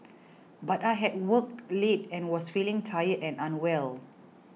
but I had worked late and was feeling tired and unwell